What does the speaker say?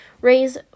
Raise